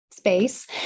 space